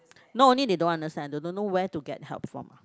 not only they don't understand they don't know where to get help from